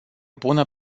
bună